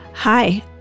Hi